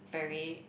very